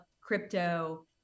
crypto